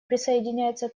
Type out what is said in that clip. присоединяется